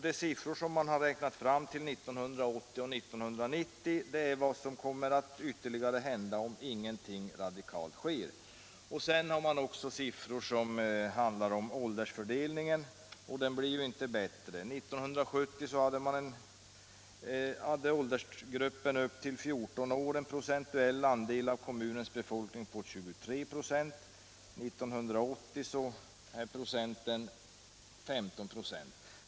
De siffror man har räknat fram till 1980 och 1990 visar vad som ytterligare kommer att hända, om ingenting radikalt görs. Det finns också siffror som visar åldersfördelningen, och den blir inte bättre. År 1970 hade åldersgruppen upp till 14 en procentuell andel av kommunens befolkning på 23 26. 1980 är procentsiffran 15.